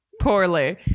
poorly